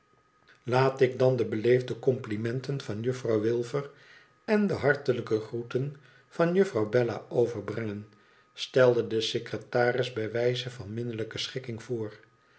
laat ik dan de beleefde complimenten van juffrouw wilfer en de hartelijke groeten van juffrouw bella overbrengen stelde de secretaris bij wijze van minnelijke schikking voor